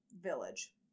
village